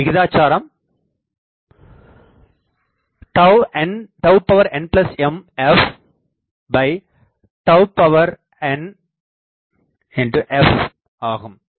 இதன் விகிதாசாரம் nm fnf ஆகும்